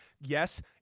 Yes